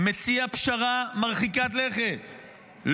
הוא מציע פשרה מרחיקת לכת,